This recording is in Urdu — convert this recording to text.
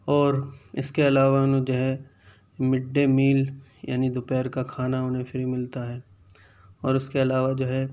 اور اس کے علاوہ وہ جو ہے مڈ ڈے میل یعنی دو پہر کا کھانا انہیں فری ملتا ہے اور اس کے علاوہ جو ہے